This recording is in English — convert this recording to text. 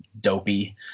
dopey